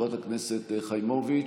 חברת הכנסת חיימוביץ',